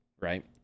Right